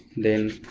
then